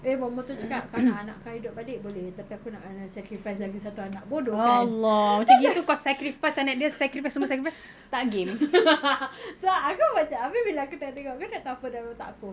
abeh bomoh tu cakap kau nak anak kau hidup balik boleh tapi aku nak kena sacrifice lagi satu anak bodoh kan so aku macam abeh bila aku tengah tengok kau nak tahu apa dalam otak aku